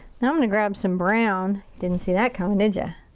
now i'm gonna grab some brown. didn't see that coming, did ya?